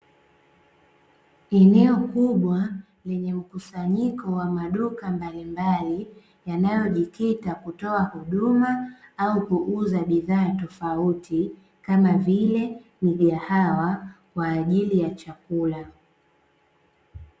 Eneo kubwa lenye mkusanyiko wa maduka mbalimbali yanayojikita kutoa huduma, au kuuza bidhaa tofauti kama vile; migahawa kwa ajili ya chakula.